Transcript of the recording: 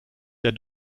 der